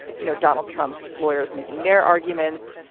you know, donald trump's lawyers making their arguments.